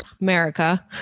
America